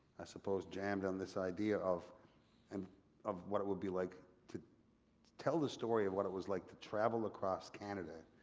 i suppose, jammed on this idea of and of what it will be like to tell the story of what it was like to travel across canada